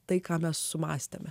tai ką mes sumąstėme